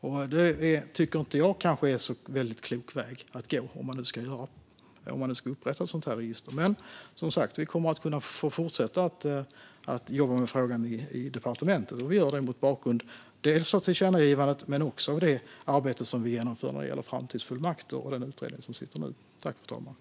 Det kanske inte är en så väldigt klok väg att gå om man nu ska upprätta ett sådant register Vi kommer att fortsätta att jobba med frågan i departementet. Vi gör det mot bakgrund av tillkännagivandet men också det arbete som vi genomför när det gäller framtidsfullmakter och den utredning som nu arbetar.